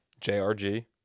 jrg